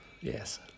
yes